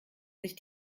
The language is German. sich